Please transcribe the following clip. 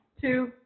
two